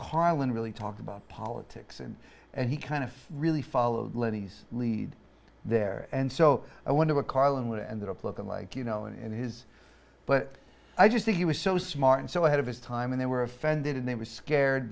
carlin really talked about politics and and he kind of really followed lenny's lead there and so i wonder what carlin would end up looking like you know and his but i just think he was so smart and so ahead of his time and they were offended and they were scared